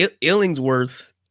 Illingsworth